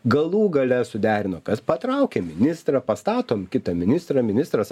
galų gale suderino kas patraukė ministrą pastatom kitą ministrą ministras